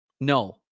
No